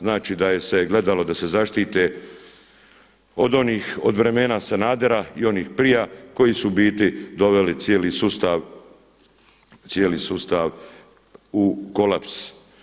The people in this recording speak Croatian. Znači da je se gledalo da se zaštite od onih, od vremena Sanadera i onih prije koji su u biti doveli cijeli sustav u kolaps.